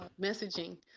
messaging